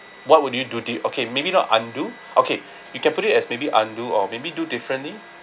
what would you do the okay maybe not undo okay you can put it as maybe undo or maybe do differently